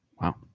Wow